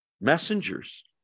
messengers